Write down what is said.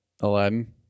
aladdin